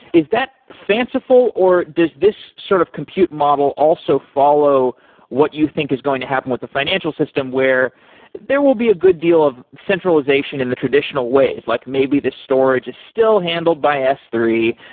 is that fanciful, or does this sort of compute model also follow what you think is going to happen with the financial system, where there will be a good deal of centralization in the traditional ways like maybe the storage is still handled by s three,